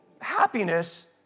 Happiness